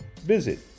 visit